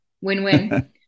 Win-win